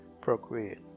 procreate